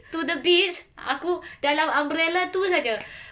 to the beach aku dalam umbrella tu sahaja